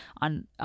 on